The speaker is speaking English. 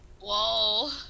Whoa